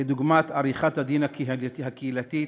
כדוגמת עריכת-הדין הקהילתית